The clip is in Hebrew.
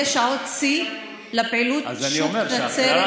אלה שעות שיא בפעילות שוק נצרת,